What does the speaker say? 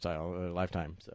lifetime